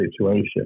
situation